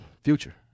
Future